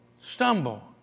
stumble